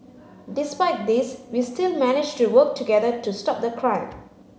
despite these we still managed to work together to stop the crime